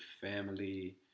family